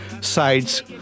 sides